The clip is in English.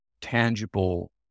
tangible